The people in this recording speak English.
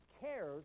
cares